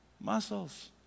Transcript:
Muscles